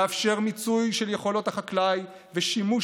לאפשר מיצוי של יכולות החקלאי ושימוש